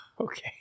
Okay